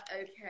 Okay